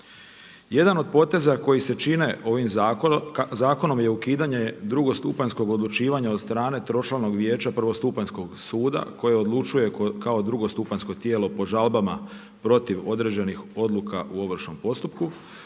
Jedan od poteza koji se čine ovim zakonom je ukidanje drugostupanjskog odlučivanja od strane tročlanog vijeća prvostupanjskog suda koje odlučuje kao drugostupanjsko tijelo po žalbama protiv određenih odluka u Ovršnom postupku.